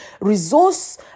resource